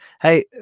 Hey